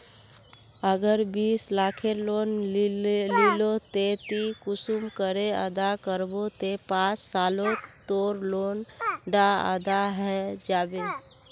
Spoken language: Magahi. अगर बीस लाखेर लोन लिलो ते ती कुंसम करे अदा करबो ते पाँच सालोत तोर लोन डा अदा है जाबे?